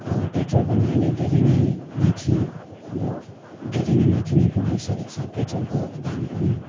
petrol पनि अहिले धेरै नै माथि अब धेरै नै माथि नै पुगिसकेको छ पेट्रोलको दाम पनि